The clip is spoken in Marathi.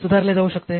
सुधारले जाऊ शकते